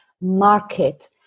market